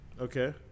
Okay